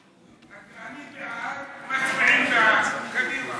השר, אני בעד, מצביעים בעד, קדימה.